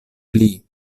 pli